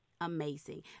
amazing